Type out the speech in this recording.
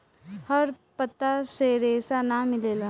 हर पत्ता से रेशा ना मिलेला